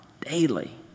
daily